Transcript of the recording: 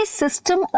system